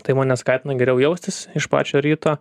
tai mane skatina geriau jaustis iš pačio ryto